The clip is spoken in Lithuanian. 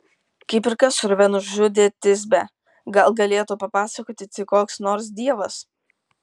kaip ir kas urve nužudė tisbę gal galėtų papasakoti tik koks nors dievas